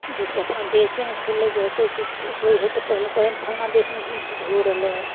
जैसे अपना देशेमे खुललै जे हइ कोइ चीज होइ हइ तऽ पहला कहै फन्ना देशमे ई चीज हो रहलै हन